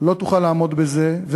לא תוכל לעמוד בזה,